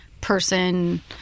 person